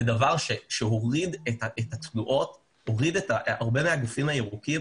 זה דבר שהוריד הרבה מהגופים הירוקים